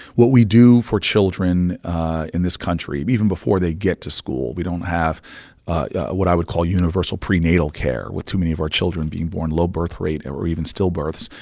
what we do for children in this country even before they get to school we don't have what i would call universal prenatal care, with too many of our children being born low birth rate and or even stillbirths.